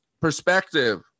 perspective